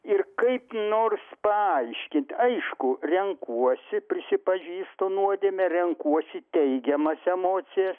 ir kaip nors paaiškint aišku renkuosi prisipažįstu nuodėmę renkuosi teigiamas emocijas